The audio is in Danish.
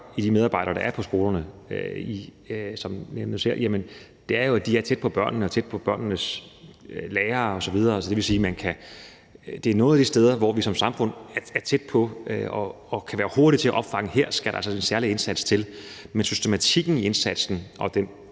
om de medarbejdere, der er på skolerne, og som bliver nævnt her, er jo, at de er tæt på børnene og tæt på børnenes lærere osv., og det vil sige, at det er nogle af de steder, hvor vi som samfund er tæt på og kan være hurtige til at opfange, at her skal der altså en særlig indsats til. Men det er i forbindelse med